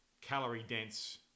calorie-dense